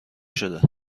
شده